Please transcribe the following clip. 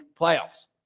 playoffs